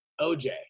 oj